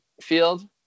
field